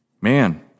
man